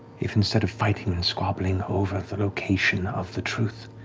if instead of fighting and squabbling over the location of the truth,